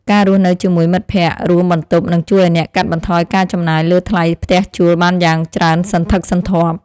ការរស់នៅជាមួយមិត្តភក្តិរួមបន្ទប់នឹងជួយឱ្យអ្នកកាត់បន្ថយការចំណាយលើថ្លៃផ្ទះជួលបានយ៉ាងច្រើនសន្ធឹកសន្ធាប់។